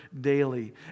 daily